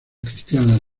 cristianas